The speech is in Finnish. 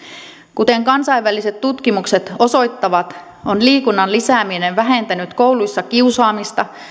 kuten kansainväliset tutkimukset osoittavat on liikunnan lisääminen vähentänyt kouluissa kiusaamista